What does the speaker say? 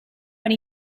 when